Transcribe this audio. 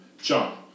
John